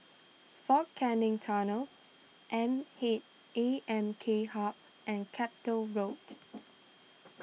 fort Canning Tunnel M K A M K Hub and Chapel Road